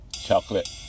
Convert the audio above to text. Chocolate